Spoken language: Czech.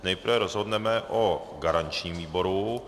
Nejprve rozhodneme o garančním výboru.